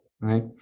right